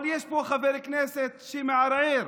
אבל יש פה חבר כנסת שמערער